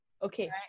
Okay